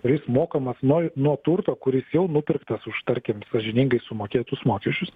kuris mokamas nuo nuo turto kuris jau nupirktas už tarkim sąžiningai sumokėtus mokesčius